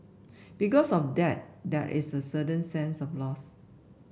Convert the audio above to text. because of that there is a certain sense of loss